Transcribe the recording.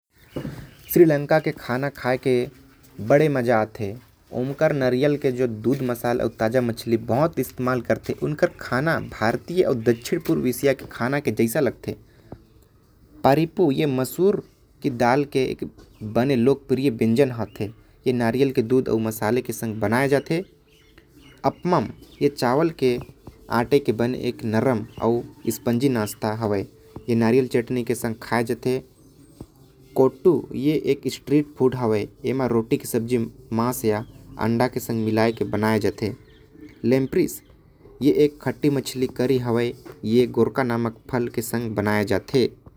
श्रीलंका म नारियल दूध अउ। मसाला मछली बहुते इस्तेमाल करथे। पारिपो दाल के बने लोकप्रिय व्यंजन होथे। जेके नारियल के दूध अउ मसाला के साथ बनाये जाथे। अपमम ये चावल अउ आटा के साथ बनल एक नरम व्यंजन हवे। जेके नारियल चटनी के साथ खाये जाथे। कोटो अउ लेम्परिस भी एमन के लोकप्रिय खाना होथे।